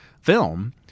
film